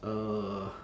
uh